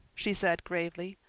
she said gravely.